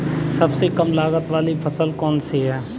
सबसे कम लागत वाली फसल कौन सी है?